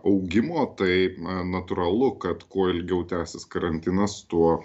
augimo taip na natūralu kad kuo ilgiau tęsis karantinas tuo